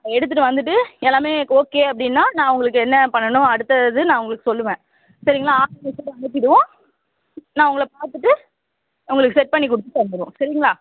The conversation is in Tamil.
எடுத்துட்டு வந்துட்டு எல்லாமே ஓகே அப்படின்னா நான் உங்களுக்கு என்ன பண்ணணும் அடுத்தது நான் உங்களுக்கு சொல்லுவேன் சரிங்களா ஆள் வீட்டுக்கு அனுப்பிடுவோம் நான் உங்களை பார்த்துட்டு உங்களுக்கு செட் பண்ணி கொடுத்துட்டு வந்துடுவோம் சரிங்களா